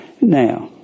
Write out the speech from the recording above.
now